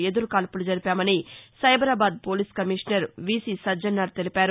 ఎదురుకాల్పులు జరిపామని Cyberabad police commissioner VC Sajjanar తెలిపారు